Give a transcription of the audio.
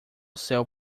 céu